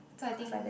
so I think